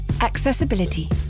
accessibility